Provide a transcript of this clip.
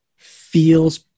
Feels